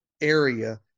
area